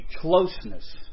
closeness